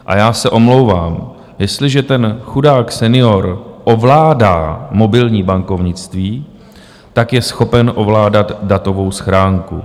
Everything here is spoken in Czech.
A já se omlouvám, jestliže ten chudák senior ovládá mobilní bankovnictví, je schopen ovládat datovou schránku.